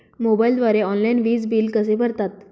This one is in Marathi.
मोबाईलद्वारे ऑनलाईन वीज बिल कसे भरतात?